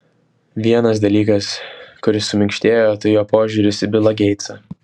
vienas dalykas kuris suminkštėjo tai jo požiūris į bilą geitsą